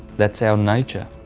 that's our nature.